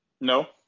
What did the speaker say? No